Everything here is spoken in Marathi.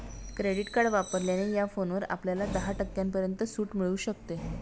क्रेडिट कार्ड वापरल्याने या फोनवर आपल्याला दहा टक्क्यांपर्यंत सूट मिळू शकते